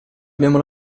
abbiamo